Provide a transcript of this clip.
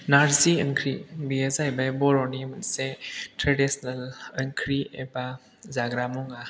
नारजि ओंख्रि बेयो जाहैबाय बर'नि मोनसे ट्रेडिसनेल ओंख्रि एबा जाग्रा मुवा